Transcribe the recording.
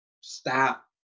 stop